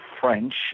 French